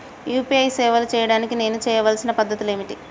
UPI సేవలు చేయడానికి నేను చేయవలసిన పద్ధతులు ఏమిటి?